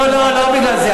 לא, לא בגלל זה.